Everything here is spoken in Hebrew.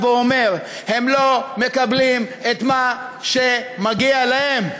אומר: הם לא מקבלים את מה שמגיע להם.